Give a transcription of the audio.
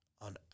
on